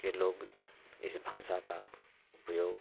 के लोग इस भाषा का उपयोग